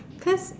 cause